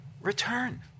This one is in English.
return